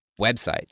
websites